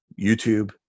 YouTube